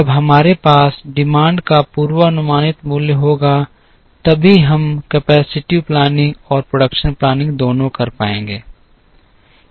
जब हमारे पास मांग का पूर्वानुमानित मूल्य होगा तभी हम कैपेसिटिव प्लानिंग और प्रोडक्शन प्लानिंग दोनों कर पाएंगे